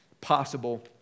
possible